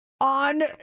on